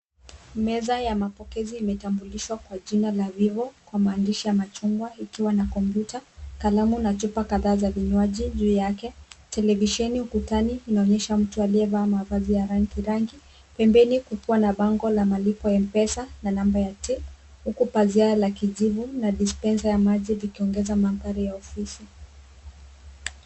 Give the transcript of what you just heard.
Meza ya mapokezi imetambulishwa kwa jina la Vivo kwa maandishi ya machungwa ikiwa na kompyuta, kalamu na chupa kadhaa za vinywaji juu yake. Televisheni ukutani inaonyesha mtu aliyevaa mavazi ya rangi rangi. Pembeni kukiwa na bango la malipo M-Pesa na namba ya till huku pazia la kijivu na dispenser ya maji likiongeza mandhari ya ofisi.